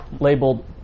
labeled